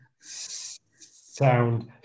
sound